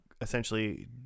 essentially